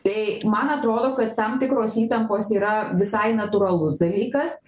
tai man atrodo kad tam tikros įtampos yra visai natūralus dalykas